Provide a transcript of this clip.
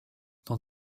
dans